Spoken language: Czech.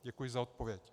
Děkuji za odpověď.